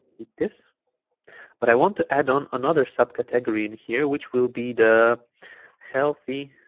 eat this but i want to add on another subcategory in here which will be the healthy